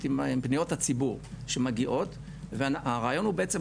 עם פניות הציבור שמגיעות והרעיון הוא בעצם,